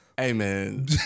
Amen